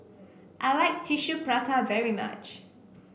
I like Tissue Prata very much